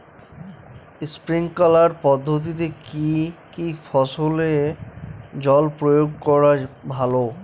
Sprinkler পদ্ধতিতে কি কী ফসলে জল প্রয়োগ করা ভালো?